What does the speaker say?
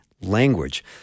language